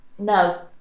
No